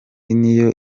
niyo